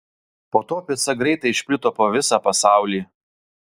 po to pica greitai išplito po visą pasaulį